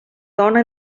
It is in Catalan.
dona